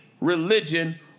religion